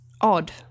odd